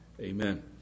Amen